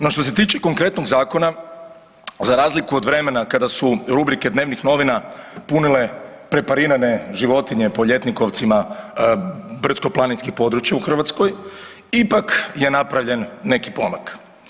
No što se tiče konkretnog zakona za razliku od vremena kada su rubrike dnevnih novina punile preparirane životinje po ljetnikovcima brdsko-planinska područja u Hrvatskoj, ipak je napravljen neki pomak.